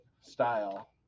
style